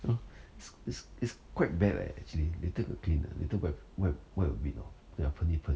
is is is quite bad leh actually later got cleaner uh later go clean wipe wipe wipe a bit uh 喷喷喷一喷